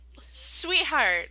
Sweetheart